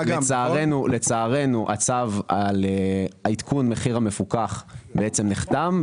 לצערנו עדכון המחיר המפוקח בעצם נחתם,